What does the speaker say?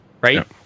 right